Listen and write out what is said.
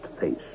face